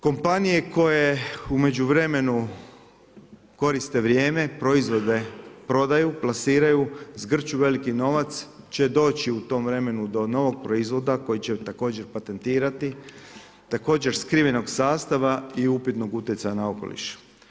Kompanije koje u međuvremenu koriste vrijeme, proizvode prodaju, plasiraju, zgrču veliki novac će doći u tom vremenu do novog proizvoda koji će također patentirati, također skrivenog sastava i upitnog utjecaja na okoliš.